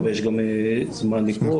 אבל יש גם זמן לקרוא,